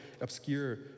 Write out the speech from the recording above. obscure